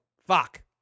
fuck